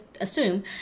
assume